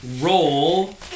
roll